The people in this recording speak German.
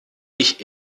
ich